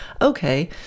okay